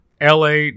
LA